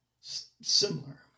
Similar